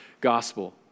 gospel